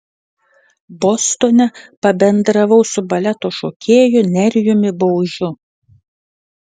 bostone pabendravau su baleto šokėju nerijumi baužiu